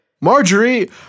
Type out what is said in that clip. Marjorie